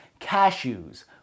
cashews